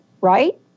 right